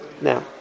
Now